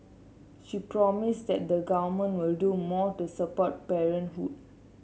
she promised that the Government will do more to support parenthood